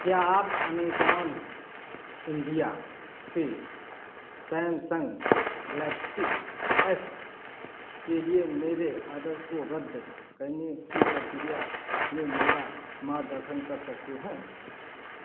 क्या आप Amazon India से सैमसंग गैलेक्सी एस के लिए मेरे ऑर्डर को रद्द करने की प्रक्रिया में मेरा मार्गदर्शन कर सकते हैं